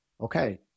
okay